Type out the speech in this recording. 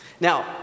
Now